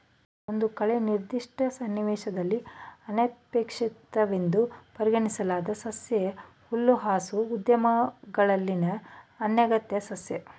ಒಂದು ಕಳೆ ನಿರ್ದಿಷ್ಟ ಸನ್ನಿವೇಶದಲ್ಲಿ ಅನಪೇಕ್ಷಿತವೆಂದು ಪರಿಗಣಿಸಲಾದ ಸಸ್ಯ ಹುಲ್ಲುಹಾಸು ಉದ್ಯಾನಗಳಲ್ಲಿನ ಅನಗತ್ಯ ಸಸ್ಯ